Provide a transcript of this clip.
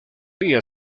día